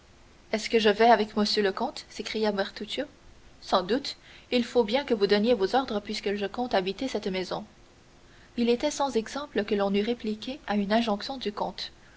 est-ce que je vais avec monsieur le comte s'écria bertuccio sans doute il faut bien que vous donniez vos ordres puisque je compte habiter cette maison il était sans exemple que l'on eût répliqué à une injonction du comte